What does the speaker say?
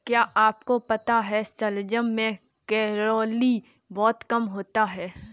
क्या आपको पता है शलजम में कैलोरी बहुत कम होता है?